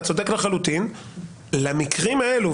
למקרים האלה,